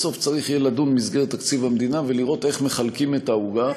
בסוף יהיה צריך לדון במסגרת תקציב המדינה ולראות איך מחלקים את העוגה.